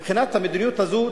מבחינת המדיניות הזאת,